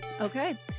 okay